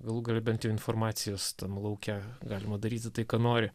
galų gale bent jau informacijos tam lauke galima daryti tai ką nori